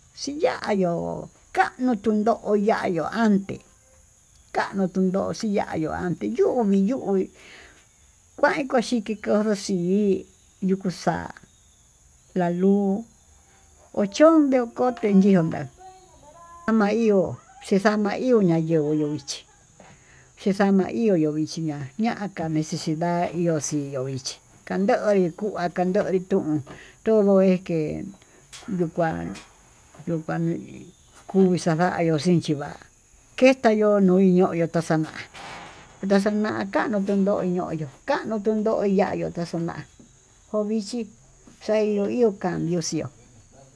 Xii ya'á yó kannduu tuu yo'ó kan yoya, ande kanuu tuyo'ó xiya'á antiyuu mii yuu uu kuan kuxhiki ko'ó, xhi'i kuchu xa'a la luu ochon nduko'ó otenyonka kama ihó xii xama iho ña'a anyenguu yo'ó ichí, xhixama ihó yuu ichí ña'a ñaka necesidad hí yioxii yo'ó ichi ka'á kandoyu yuka kandoyó intun tono eke'e ndukuá ndukanii kuyo'ó xandayuu vichí va'á keta yuu yoño taxana'á, ndaxana kanuu tundó eñoyo kano ndundo yayuu taxona'a ko'o vichí xanduu yuu kandó ihó.